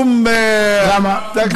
מה כתבה?